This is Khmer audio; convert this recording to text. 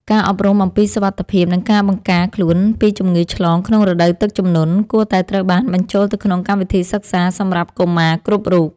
ការអប់រំអំពីសុវត្ថិភាព និងការបង្ការខ្លួនពីជំងឺឆ្លងក្នុងរដូវទឹកជំនន់ គួរតែត្រូវបានបញ្ចូលទៅក្នុងកម្មវិធីសិក្សាសម្រាប់កុមារគ្រប់រូប។